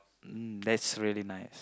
mm that's really nice